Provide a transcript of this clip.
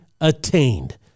attained